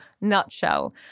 nutshell